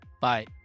Bye